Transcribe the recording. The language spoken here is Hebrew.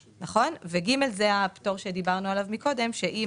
ו-(ג) זה הפטור שדיברנו עליו מקודם שאם